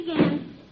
again